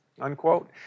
unquote